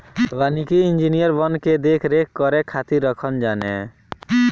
वानिकी इंजिनियर वन के देख रेख करे खातिर रखल जाने